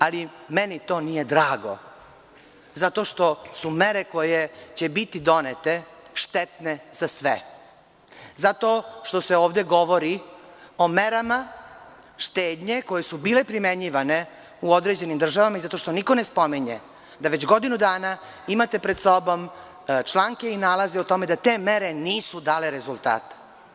Ali meni to nije drago zato što su mere, koje će biti donete, štetne za sve, zato što se ovde govori o merama štednje koje su bile primenjivane u određenim državama i zato što niko ne spominje da već godinu dana imate pred sobom članke i nalaze o tome da te mere nisu dale rezultata.